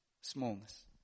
smallness